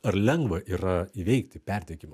ar lengva yra įveikti perdegimą